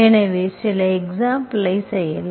எனவே சில எக்சாம்புல்களை செய்யலாம்